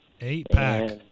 Eight-pack